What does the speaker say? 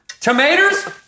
tomatoes